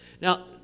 Now